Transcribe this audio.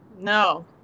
no